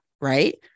right